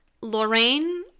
Lorraine